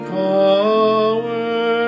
power